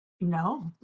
No